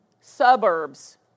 suburbs